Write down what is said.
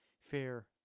fair